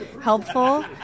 helpful